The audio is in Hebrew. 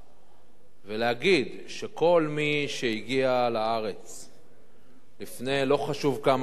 ולהגיד שכל מי שהגיע לארץ לפני לא חשוב כמה זמן,